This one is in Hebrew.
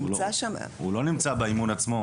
הוא לא נמצא באימון עצמו,